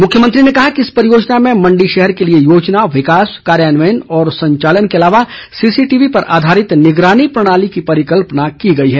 मुख्यमंत्री ने कहा कि इस परियोजना में मंडी शहर के लिए योजना विकास कार्यान्वयन और संचालन के अलावा सीसी टीवी पर आधारित निगरानी प्रणाली की परिकल्पना की गई है